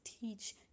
teach